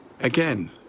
Again